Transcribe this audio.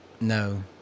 No